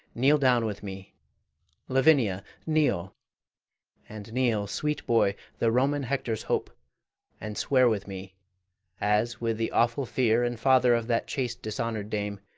kneel down with me lavinia, kneel and kneel, sweet boy, the roman hector's hope and swear with me as, with the woeful fere and father of that chaste dishonoured dame,